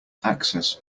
access